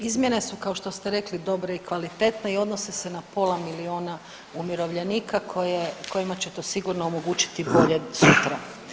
Izmjene su, kao što ste rekli dobre i kvalitetne i odnose se na pola milijuna umirovljenika koje, kojima će to sigurno omogućiti bolje sutra.